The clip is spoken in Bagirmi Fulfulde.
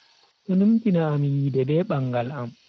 Do numtina am yide be bangal am.